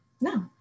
no